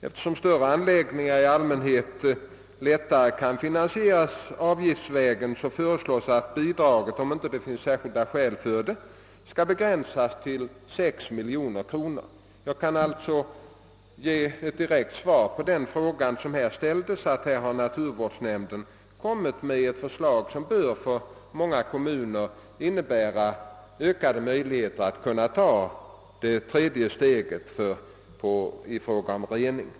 Eftersom större anläggningar i allmänhet lättare kan finansieras avgiftsvägen, föreslås att bidraget, om inte särskilda skäl föreligger, skall begränsas till 6 miljoner kronor. Jag kan alltså på den fråga som här ställdes direkt svara att naturvårdsverket har presenterat ett förslag, som för många kommuner bör medföra ökade möjligheter att ta det tredje steget i fråga om rening.